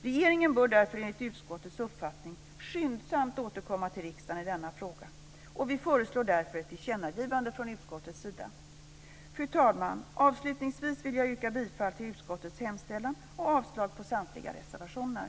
Regeringen bör därför enligt utskottets uppfattning skyndsamt återkomma till riksdagen i denna fråga. Utskottet föreslår därför att riksdagen ska göra ett tillkännagivande. Fru talman! Avslutningsvis vill jag yrka bifall till utskottets hemställan och avslag på samtliga reservationer.